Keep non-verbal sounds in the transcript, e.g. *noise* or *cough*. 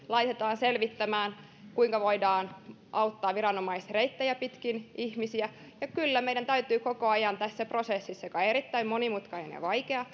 *unintelligible* laitetaan erityisedustaja selvittämään kuinka voidaan auttaa viranomaisreittejä pitkin ihmisiä ja kyllä meidän täytyy koko ajan tässä prosessissa joka on erittäin monimutkainen ja vaikea *unintelligible*